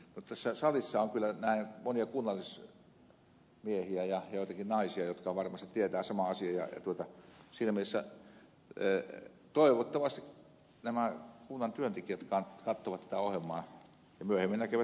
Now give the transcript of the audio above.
tässä salissa on kyllä näen monia kunnallismiehiä ja joitakin naisia jotka varmasti tietävät saman asian ja siinä mielessä toivottavasti nämä kunnan työntekijät katsovat tätä ohjelmaa ja myöhemmin näkevät netistä